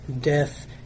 death